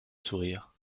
sourire